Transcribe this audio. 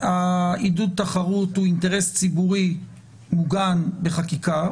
עידוד תחרות הוא אינטרס ציבורי מוגן בחקיקה.